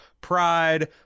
pride